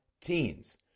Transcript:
teens